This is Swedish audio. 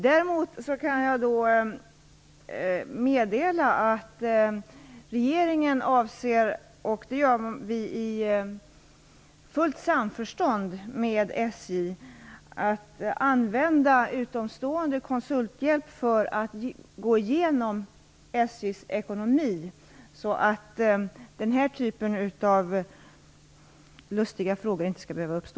Däremot kan jag meddela att regeringen avser - och det gör vi i fullt samförstånd med SJ - att använda utomstående konsulthjälp för att gå igenom SJ:s ekonomi så att den här typen av lustiga frågor inte skall behöva uppstå.